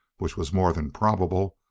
which was more than probable,